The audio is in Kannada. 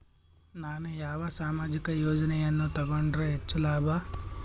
ನಾನು ಯಾವ ಸಾಮಾಜಿಕ ಯೋಜನೆಯನ್ನು ತಗೊಂಡರ ಹೆಚ್ಚು ಲಾಭ?